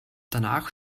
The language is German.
danach